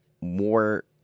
more